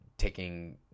taking